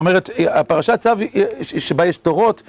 זאת אומרת, הפרשת צו, אה.. שבה יש תורות...